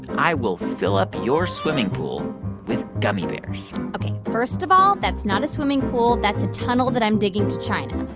i will fill up your swimming pool with gummy bears ok, first of all, that's not a swimming pool. that's a tunnel that i'm digging to china.